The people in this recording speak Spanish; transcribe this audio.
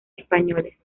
españoles